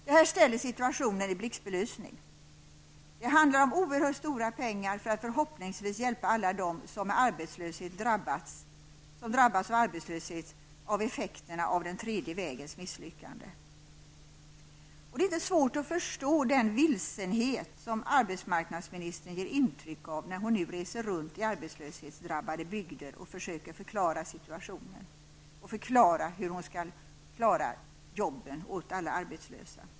Detta ställer situationen i blixtbelysning. Det handlar om oerhört mycket pengar för att förhoppningsvis hjälpa alla dem som med arbetslöshet har drabbats av effekterna av den tredje vägens misslyckande. Det är inte svårt att förstå den vilsenhet som arbetsmarknadsministern ger intryck av när hon reser runt i arbetslöshetsdrabbade bygder och försöker förklara situationen och förklara hur hon skall klara jobben åt alla arbetslösa.